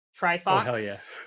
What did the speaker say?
Trifox